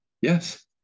Yes